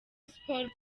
sports